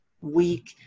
week